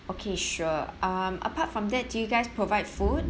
okay sure um apart from that do you guys provide food